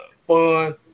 fun